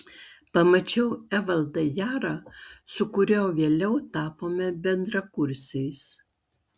pamačiau evaldą jarą su kuriuo vėliau tapome bendrakursiais